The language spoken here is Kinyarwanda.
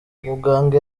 umuganga